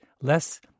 less